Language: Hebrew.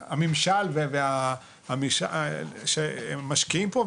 הממשל ושהם באמת משקיעים פה,